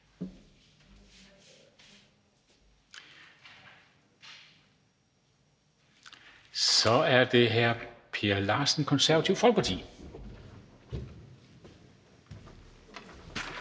er det hr. Per Larsen, Det Konservative Folkeparti.